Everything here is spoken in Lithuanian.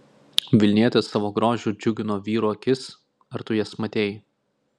vilnietės savo grožiu džiugino vyrų akis ar tu jas matei